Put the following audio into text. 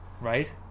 right